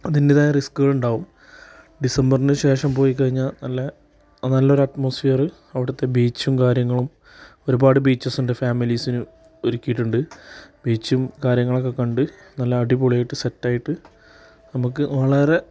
അതിന്റെതായ റിസ്ക്ക് ഉണ്ടാവും ഡിസംബറിന് ശേഷം പോയിക്കഴിഞ്ഞാൽ നല്ല ആ നല്ലൊരു അറ്റ്മോസ്ഫിയറ് അവിടുത്തെ ബീച്ചും കാര്യങ്ങളും ഒരുപാട് ബീച്ചസുണ്ട് ഫാമിലീസിന് ഒരുക്കിയിട്ടുണ്ട് ബീച്ചും കാര്യങ്ങളൊക്കെ കണ്ട് നല്ല അടിപൊളിയായിട്ട് സെറ്റ് ആയിട്ട് നമുക്ക് വളരെ